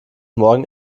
morgen